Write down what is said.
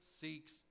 seeks